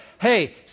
hey